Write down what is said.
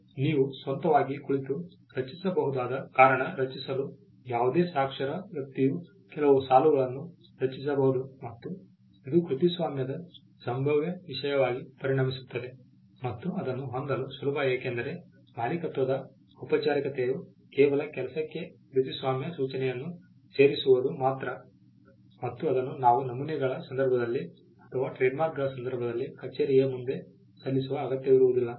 ನೀವು ಸ್ವಂತವಾಗಿ ಕುಳಿತು ರಚಿಸಬಹುದಾದ ಕಾರಣ ರಚಿಸಲು ಯಾವುದೇ ಸಾಕ್ಷರ ವ್ಯಕ್ತಿಯು ಕೆಲವು ಸಾಲುಗಳನ್ನು ರಚಿಸಬಹುದು ಮತ್ತು ಇದು ಕೃತಿಸ್ವಾಮ್ಯದ ಸಂಭಾವ್ಯ ವಿಷಯವಾಗಿ ಪರಿಣಮಿಸುತ್ತದೆ ಮತ್ತು ಅದನ್ನು ಹೊಂದಲು ಸುಲಭ ಏಕೆಂದರೆ ಮಾಲೀಕತ್ವದ ಔಪಚಾರಿಕತೆಯು ಕೇವಲ ಕೆಲಸಕ್ಕೆ ಕೃತಿಸ್ವಾಮ್ಯ ಸೂಚನೆಯನ್ನು ಸೇರಿಸುವುದು ಮಾತ್ರ ಮತ್ತು ಅದನ್ನು ನಾವು ನಮೂನೆಗಳ ಸಂದರ್ಭದಲ್ಲಿ ಅಥವಾ ಟ್ರೇಡ್ಮಾರ್ಕ್ಗಳ ಸಂದರ್ಭದಲ್ಲಿ ಕಛೇರಿಯ ಮುಂದೆ ಸಲ್ಲಿಸುವ ಅಗತ್ಯವಿರುವುದಿಲ್ಲ